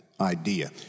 idea